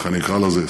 איך אני אקרא לזה?